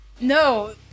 No